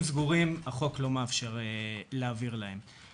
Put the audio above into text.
החוק לא מאפשר להעביר להם תיקים סגורים.